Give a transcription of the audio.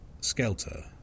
Skelter